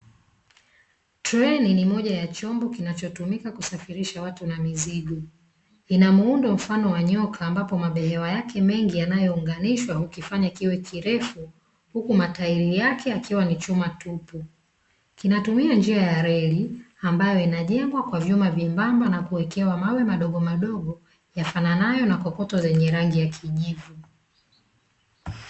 Treni ni moja ya chombo kinachotumika kusairisha watu na mizigo, ina muundo wa mfano wa nyoka, ambapo mabehewa yake hufanya kiwe kirefu huku matairi yake yakiwa ni chuma tupu kinatumika katika njia ya reli ambauo inajengwa kwa vyuma vyembamba na kuwekewa mawe madogo madogo yafananayo na kokoto zenye rangi ya kijivu.